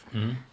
mmhmm